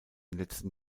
letzten